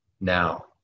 now